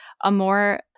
Amore